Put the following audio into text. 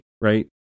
right